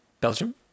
Belgium